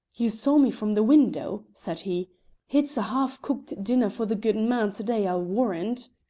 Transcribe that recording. you saw me from the window, said he it's a half-cooked dinner for the goodman to-day, i'll warrant!